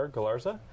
Galarza